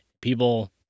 People